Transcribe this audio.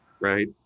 right